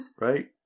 right